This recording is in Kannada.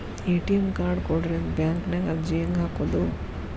ಎ.ಟಿ.ಎಂ ಕಾರ್ಡ್ ಕೊಡ್ರಿ ಅಂತ ಬ್ಯಾಂಕ ನ್ಯಾಗ ಅರ್ಜಿ ಹೆಂಗ ಹಾಕೋದು?